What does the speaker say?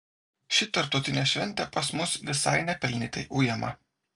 ši tarptautinė šventė pas mus visai nepelnytai ujama